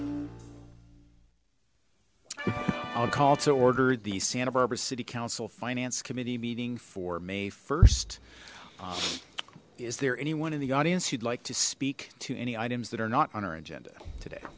i'll call to order the santa barbara city council finance committee meeting for may first is there anyone in the audience you'd like to speak to any items that are not on our agenda today